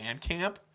Bandcamp